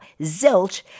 Zilch